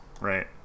right